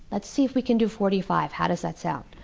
let's see if we can do forty-five, how does that sound?